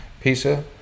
Pizza